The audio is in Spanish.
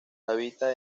habita